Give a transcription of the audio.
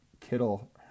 Kittle